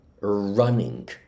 running